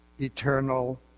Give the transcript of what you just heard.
eternal